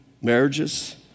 marriages